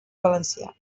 valencià